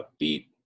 upbeat